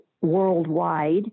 worldwide